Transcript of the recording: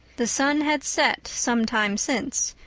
the sun had set some time since,